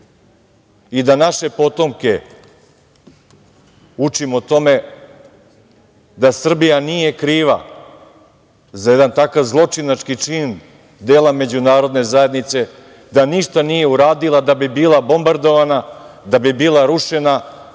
i da naše potomke učimo o tome da Srbija nije kriva za jedan takav zločinački čin dela međunarodne zajednice, da ništa nije uradila da bi bila bombardovana, da bi bila rušena,